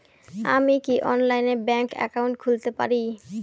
আমি কি অনলাইনে ব্যাংক একাউন্ট খুলতে পারি?